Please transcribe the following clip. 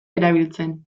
erabiltzen